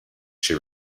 she